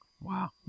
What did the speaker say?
Wow